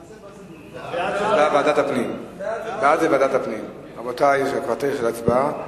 ההצעה להעביר את הנושא לוועדת הפנים והגנת הסביבה נתקבלה.